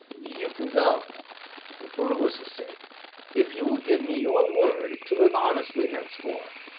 you can go for lewis's sake if you will give me your word to live honestly henceforth.